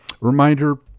Reminder